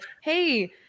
Hey